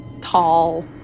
tall